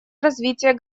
развития